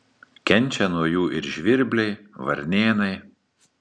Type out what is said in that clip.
kenčia nuo jų ir žvirbliai varnėnai